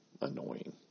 annoying